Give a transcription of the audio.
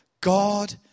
God